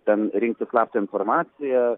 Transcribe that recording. ten rinkti slaptą informaciją